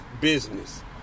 business